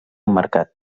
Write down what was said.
mercat